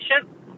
patient